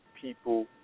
people